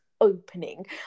opening